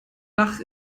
dach